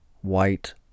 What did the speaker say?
White